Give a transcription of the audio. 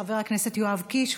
חבר הכנסת יואב קיש.